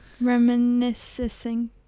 reminiscing